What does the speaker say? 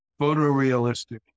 photorealistic